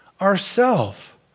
ourself